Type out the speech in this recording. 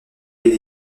est